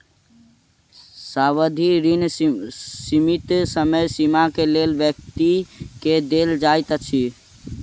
सावधि ऋण सीमित समय सीमा के लेल व्यक्ति के देल जाइत अछि